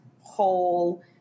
whole